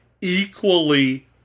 equally